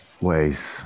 ways